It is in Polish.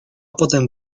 potem